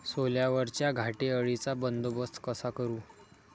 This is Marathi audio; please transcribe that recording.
सोल्यावरच्या घाटे अळीचा बंदोबस्त कसा करू?